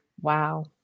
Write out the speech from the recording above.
wow